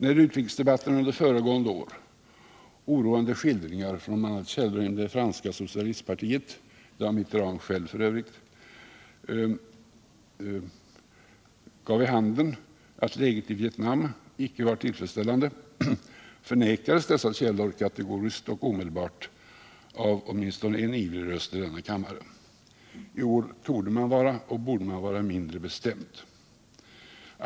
När i utrikesdebatten under föregående år oroande skildringar från källor bl.a. inom det franska socialistpartiet — Mitterand själv f. ö. — gav vid handen att läget i Vietnam icke var tillfredsställande, förnekades dessa källor kategoriskt och omedelbart av åtminstone en ivrig röst i denna kammare. I år torde man vara och borde man vara mindre bestämd.